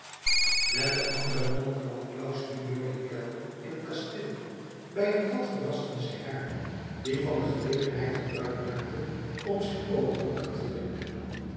met de andere mannen kwam claus nu door den kelder in het kasteel bij een vat verrasten ze herman die van de gelegenheid gebruik maakte om zich ook dronken te drinken